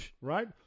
Right